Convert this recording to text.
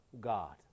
God